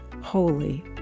Holy